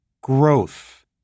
Growth